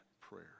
prayer